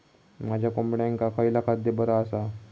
माझ्या कोंबड्यांका खयला खाद्य बरा आसा?